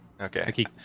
okay